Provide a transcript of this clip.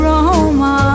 Roma